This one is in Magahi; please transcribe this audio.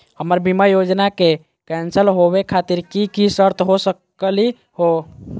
हमर बीमा योजना के कैन्सल होवे खातिर कि कि शर्त हो सकली हो?